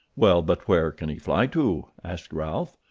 well, but where can he fly to? asked ralph.